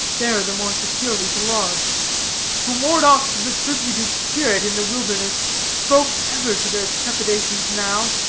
there the more securely to lodge for moredock's retributive spirit in the wilderness spoke ever to their trepidations now,